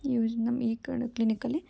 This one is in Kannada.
ಯೂಶ್ ನಮ್ಮ ಈ ಕಡೆ ಕ್ಲಿನಿಕಲ್ಲಿ